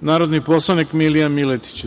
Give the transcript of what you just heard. Narodni poslanik Milija Miletić.